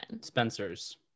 spencers